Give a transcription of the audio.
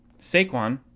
Saquon